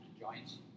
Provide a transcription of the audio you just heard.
Joints